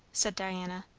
said diana.